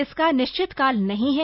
इसका निश्चितकाल नहीं है